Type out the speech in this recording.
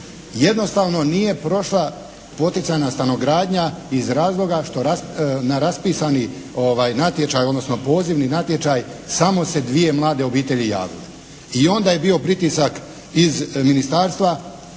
jednostavno nije prošla poticajna stanogradnja iz razloga što na raspisani natječaj odnosno pozivni natječaj samo se dvije mlade obitelji javile. I onda je bio pritisak iz ministarstva